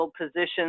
positions